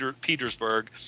Petersburg